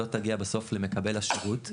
לא תגיע בסוף למקבל השירות,